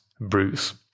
Bruce